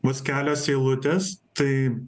vos kelios eilutės tai